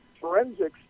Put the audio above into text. Forensics